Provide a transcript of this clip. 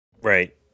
Right